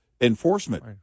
enforcement